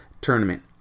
tournament